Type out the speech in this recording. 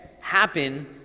happen